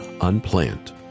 Unplanned